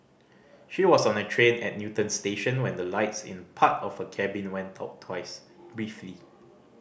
she was on a train at Newton station when the lights in part of her cabin went out twice briefly